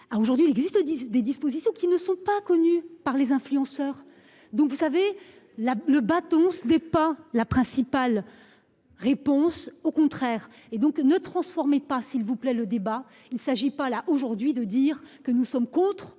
aujourd'hui il existe des dispositions qui ne sont pas connus par les influenceurs dont vous savez là le bâton. Ce n'est pas la principale. Réponse au contraire et donc ne transformez pas, s'il vous plaît. Le débat, il s'agit pas là aujourd'hui de dire que nous sommes contre